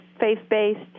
faith-based